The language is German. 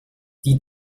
die